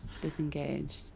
disengaged